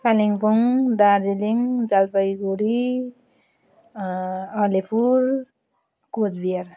Kalimpong Darjeeling Jalpaiguri Alipur Cooch Bihar